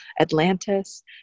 Atlantis